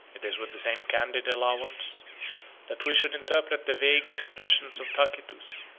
it is with the same candid allowance that we should interpret the vague expressions of tacitus,